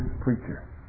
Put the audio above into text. preacher